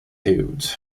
huge